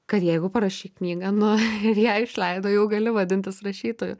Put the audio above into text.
kad jeigu parašei knygą ir ją išleido jau gali vadintis rašytoju